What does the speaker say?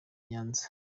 nyanza